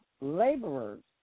laborers